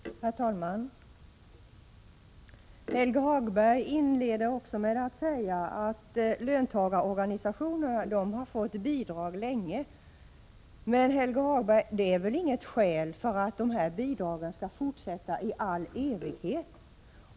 Herr talman! Helge Hagberg inleder med att säga att löntagarorganisationerna har fått bidrag sedan länge. Men Helge Hagberg, det är väl inget skäl för att dessa bidrag skall fortsätta i all evighet.